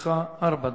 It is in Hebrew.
לרשותך ארבע דקות.